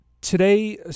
Today